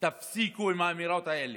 תפסיקו עם האמירות האלה,